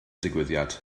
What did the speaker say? digwyddiad